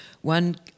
One